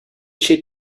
she